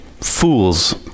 Fools